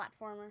platformer